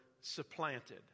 supplanted